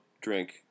drink